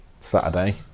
Saturday